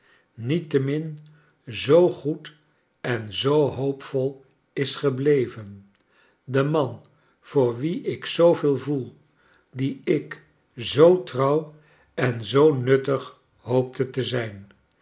niettemin zoo goed en zoo hoopvol is gebleven de man voor wien ik zooveel voel dien ik zoo trouw en zoo nuttig hoopte te zijn